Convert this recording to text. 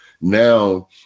Now